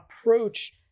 approach